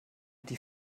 die